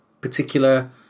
particular